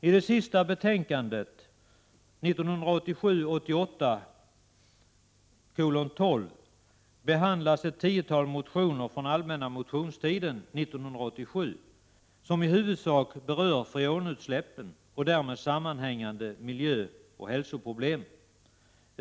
I betänkandet 1987/88:12 behandlas ett tiotal motioner från allmänna motionstiden 1987, vilka i huvudsak berör freonutsläpp och därmed sammanhängande miljöoch hälsoproblem.